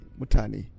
mutani